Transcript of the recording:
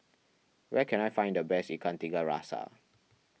where can I find the best Ikan Tiga Rasa